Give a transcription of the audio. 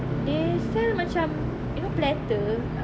they sell macam you know platter